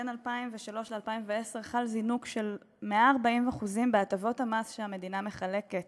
בין 2003 ל-2010 חל זינוק של 140% בהטבות המס שהמדינה מחלקת